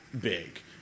big